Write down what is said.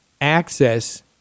access